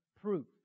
proof